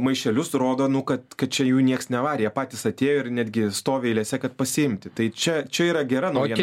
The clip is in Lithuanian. maišelius rodo kad čia jų nieks nevarė patys atėjo ir netgi stovi eilėse kad pasiimti tai čia čia yra gera naujiena